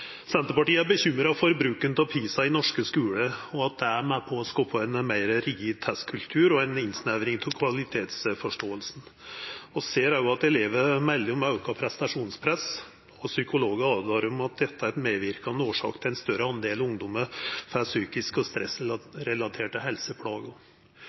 bekymra for bruken av PISA i norske skular. Han er med på å skapa ein meir rigid testkultur og ei innsnevring av forståinga av kvalitet. Vi ser også at elevar melder om auka prestasjonspress. Psykologar åtvarar mot at dette er ei medverkande årsak til at ein større del ungdomar får psykiske og